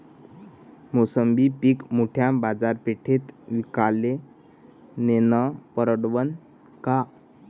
मोसंबी पीक मोठ्या बाजारपेठेत विकाले नेनं परवडन का?